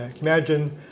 imagine